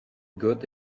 good